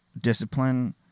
discipline